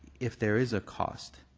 if there is a cost,